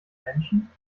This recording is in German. menschen